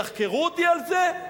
יחקרו אותי על זה?